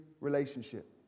relationship